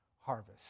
harvest